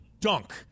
dunk